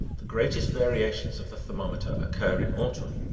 the greatest variations of the thermometer occur in autumn,